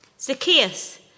Zacchaeus